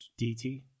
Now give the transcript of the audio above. DT